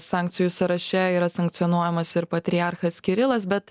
sankcijų sąraše yra sankcionuojamas ir patriarchas kirilas bet